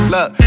Look